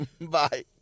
Bye